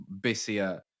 busier